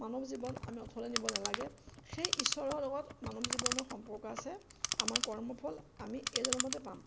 মানৱ জীৱন আমি অথলে নিব নালাগে সেই ঈশ্বৰৰ লগত মানৱ জীৱনৰ সম্পৰ্ক আছে আমাৰ কৰ্মফল আমি এই জনমতে পাম